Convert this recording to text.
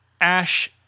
Ash